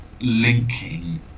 linking